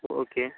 okay